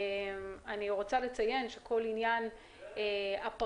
אני רוצה לציין שכל עניין הפרט,